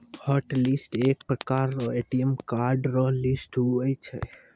hotlist एक प्रकार रो ए.टी.एम कार्ड रो लिस्ट हुवै छै